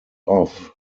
off